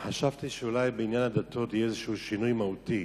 וחשבתי שאולי בעניין הדתות יהיה איזשהו שינוי מהותי.